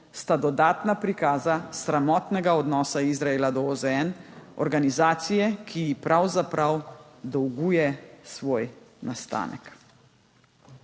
sta dodatna prikaza sramotnega odnosa Izraela do OZN, organizacije, ki ji pravzaprav dolguje svoj nastanek.